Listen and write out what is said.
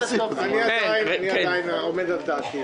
אני עדיין עומד על דעתי.